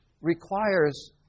requires